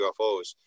ufos